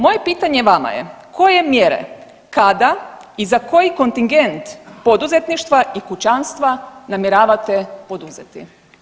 Moje pitanje vama je koje mjere, kada i za koji kontingent poduzetništva i kućanstva namjeravate poduzeti?